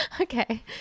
Okay